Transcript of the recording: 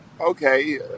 Okay